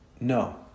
No